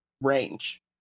range